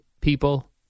people